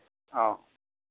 औ